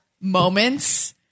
moments